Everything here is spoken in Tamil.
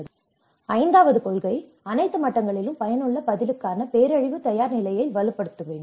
எனவே ஐந்தாவது கொள்கை அனைத்து மட்டங்களிலும் பயனுள்ள பதிலுக்கான பேரழிவு தயார்நிலையை வலுப்படுத்துங்கள்